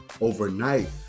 overnight